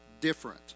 different